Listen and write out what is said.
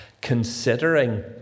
considering